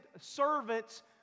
servants